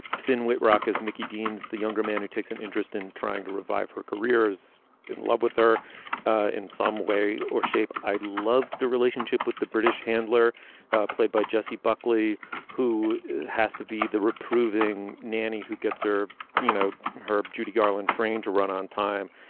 thin white rock as mickey deans the younger man who takes an interest in trying to revive her careers in love with her ah in some way or shape. i loved the relationship with the british handler played by jesse buckley who has to be the reprove ing nanny who gets her you know her. judy garland trained to run on time.